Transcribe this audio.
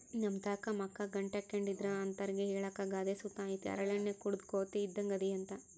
ನಮ್ತಾಕ ಮಕ ಗಂಟಾಕ್ಕೆಂಡಿದ್ರ ಅಂತರ್ಗೆ ಹೇಳಾಕ ಗಾದೆ ಸುತ ಐತೆ ಹರಳೆಣ್ಣೆ ಕುಡುದ್ ಕೋತಿ ಇದ್ದಂಗ್ ಅದಿಯಂತ